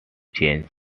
changes